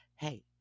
Hey